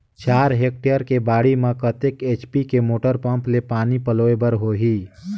चार हेक्टेयर के बाड़ी म कतेक एच.पी के मोटर पम्म ले पानी पलोय बर होही?